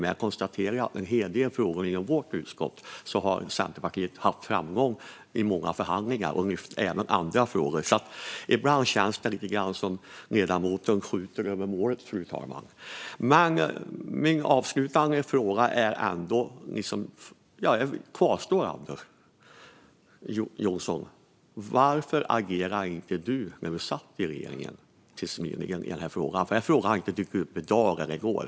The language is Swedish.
Men i en hel del frågor som behandlas i vårt utskott har Centerpartiet haft framgång i många förhandlingar och har även lyft upp andra frågor. Ibland känns det alltså lite som att ledamoten skjuter över målet, fru talman. Min avslutande fråga till Anders W Jonsson kvarstår. Varför agerade inte du i den här frågan när du fram till nyligen satt i regeringen? Frågan har inte dykt upp i dag eller i går.